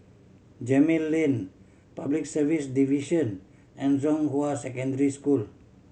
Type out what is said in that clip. Gemmill Lane Public Service Division and Zhonghua Secondary School